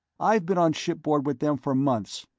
i've been on shipboard with them for months.